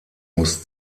muss